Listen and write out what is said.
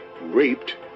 raped